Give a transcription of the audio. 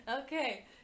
Okay